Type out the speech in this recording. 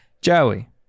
joey